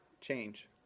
change